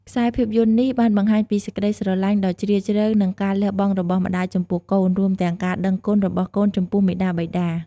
ខ្សែភាពយន្តនេះបានបង្ហាញពីសេចក្ដីស្រឡាញ់ដ៏ជ្រាលជ្រៅ និងការលះបង់របស់ម្តាយចំពោះកូន រួមទាំងការដឹងគុណរបស់កូនចំពោះមាតាបិតា។